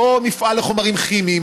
לא מפעל לחומרים כימיים,